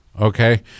okay